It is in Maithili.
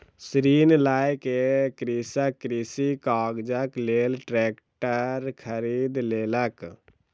ऋण लय के कृषक कृषि काजक लेल ट्रेक्टर खरीद लेलक